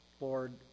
Lord